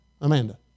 Amanda